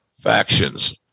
factions